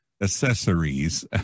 accessories